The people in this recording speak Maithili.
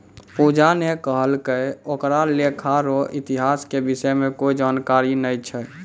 पूजा ने कहलकै ओकरा लेखा रो इतिहास के विषय म कोई जानकारी नय छै